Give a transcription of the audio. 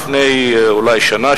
לפני אולי שנה,